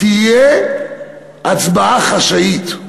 תהיה הצבעה חשאית.